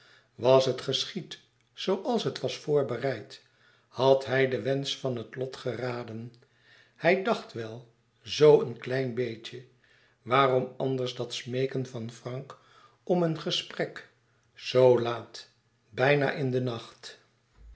was het geschied zooals het was voorbereid had hij den wensch van het lot geraden hij dacht wel zoo een klein beetje waarom anders dat smeeken van frank om een gesprek zoo laat bijna in den nacht